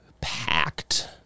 packed